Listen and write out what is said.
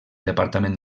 departament